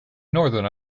northern